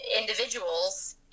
individuals